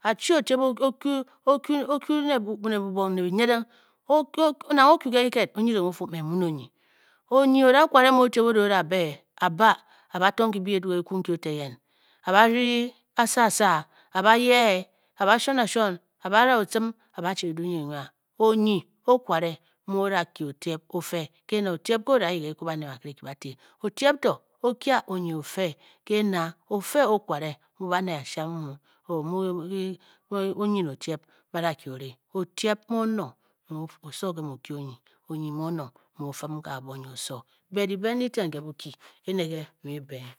A-chi otyep o-kyu ne bubong ne byinyiding nang o kyu ke kiked. O-nyid ng o-fụ mme mmu ne onyi, onyi odakwere mu otyep o da o da be a-ba a ba tong byibi eduu ke kikwu nki otye yen. a ba ryi asasa, a-ba yee, a ba shwon ashwon, a-ba ra otcim a ba chi eduu nyi enwa Onyi o-kwere mu o da kye otyep ofe ke na otyep nke o-da e- eyip ke kyiku banet bakire o-ba-ti. otyep to o-kya onyi ofe ke na ofe okware mu baned ashi amu mu onyi ne otyeb ba da kye bare. otyep mu onong osowo nke mu o-kye, onyi mu onong mu o-fim m ke abwo nyi osowo. be dyibe ndyi eten ke Boki ene nke byi mu byi-be ng